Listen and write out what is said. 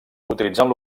utilitzant